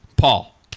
Paul